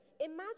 Imagine